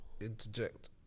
interject